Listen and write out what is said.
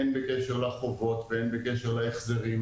הן בקשר לחובות והן בקשר להחזרים,